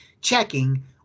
checking